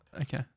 Okay